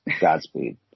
Godspeed